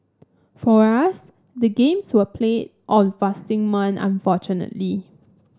for us the games were played on fasting month unfortunately